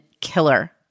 killer